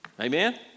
Amen